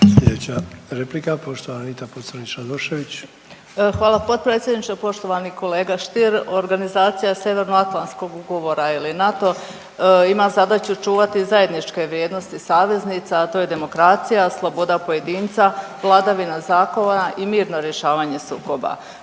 **Pocrnić-Radošević, Anita (HDZ)** Hvala potpredsjedniče. Poštovani kolega Stier, organizacija Sjeveroatlantskog ugovora ili NATO ima zadaću čuvati zajedničke vrijednosti saveznica, a to je demokracija, sloboda pojedinca, vladavina zakona i mirno rješavanje sukoba,